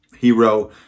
hero